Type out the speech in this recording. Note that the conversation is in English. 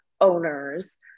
owners